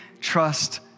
trust